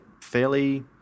fairly